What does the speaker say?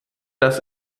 dass